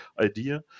idea